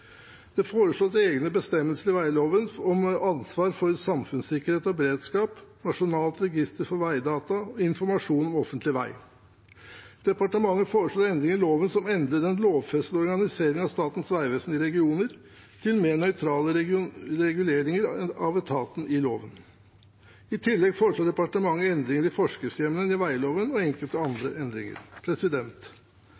Det foreslås egne bestemmelser i veglova om ansvar for samfunnssikkerhet og beredskap, nasjonalt register for veidata og informasjon om offentlig vei. Departementet foreslår endringer i loven som endrer den lovfestede organiseringen av Statens vegvesen i regioner, til en mer nøytral regulering av etaten i loven. I tillegg foreslår departementet endringer i forskriftshjemlene i veglova og enkelte